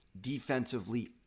defensively